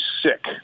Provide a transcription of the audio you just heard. sick